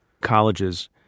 colleges